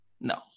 no